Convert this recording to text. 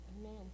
Amen